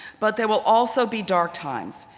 but there will also be dark times,